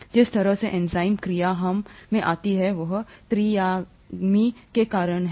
जिस तरह से एंजाइम क्रिया हम में आती है वह त्रि आयामी के कारण थी तह